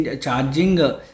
charging